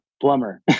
plumber